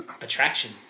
attraction